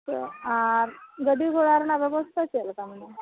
ᱛᱚ ᱟᱨ ᱜᱟᱹᱰᱤ ᱜᱷᱚᱲᱟ ᱨᱮᱱᱟᱜ ᱵᱮᱵᱚᱥᱛᱷᱟ ᱪᱮᱫ ᱞᱮᱠᱟ ᱢᱮᱱᱟᱜᱼᱟ